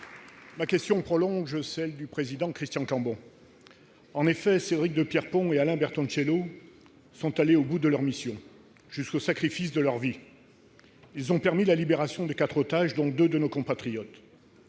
Ma question prolonge celle de notre collègue Christian Cambon. Cédric de Pierrepont et Alain Bertoncello sont allés au bout de leur mission, jusqu'au sacrifice de leur vie. Ils ont permis la libération de quatre otages, dont deux de nos compatriotes.